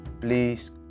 please